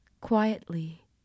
Quietly